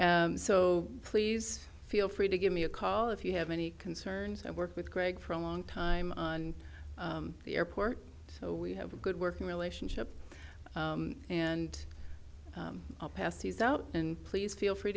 q so please feel free to give me a call if you have any concerns i work with greg for a long time on the airport so we have a good working relationship and i'll pass these out and please feel free